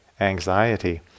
anxiety